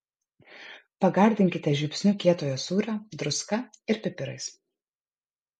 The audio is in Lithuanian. pagardinkite žiupsniu kietojo sūrio druska ir pipirais